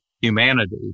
humanity